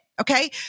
Okay